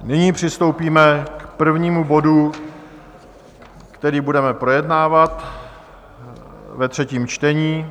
Nyní přistoupíme k prvnímu bodu, který budeme projednávat ve třetím čtení.